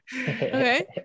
okay